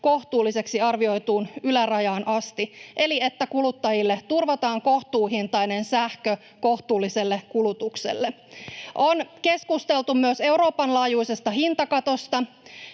kohtuulliseksi arvioituun ylärajaan asti, eli kuluttajille turvataan kohtuuhintainen sähkö kohtuulliselle kulutukselle. On keskusteltu myös Euroopan laajuisesta hintakatosta.